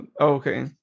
okay